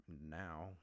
now